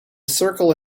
circle